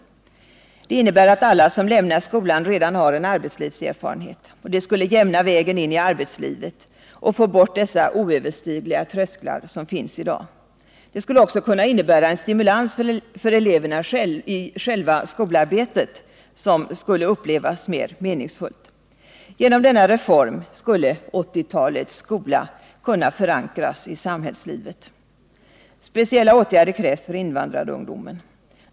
Det skulle innebära att alla som lämnar skolan redan har en arbetslivserfarenhet, och det skulle jämna vägen in i arbetslivet och medverka till att vi fick bort de oöverstigliga trösklar som finns i dag. Vidare skulle det innebära en stimulans för eleverna i själva skolarbetet, vilket skulle upplevas som mer meningsfullt. Med en sådan reform skulle 1980-talets skola förankras i samhällslivet. Speciella åtgärder krävs för invandrarungdomen.